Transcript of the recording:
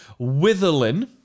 Witherlin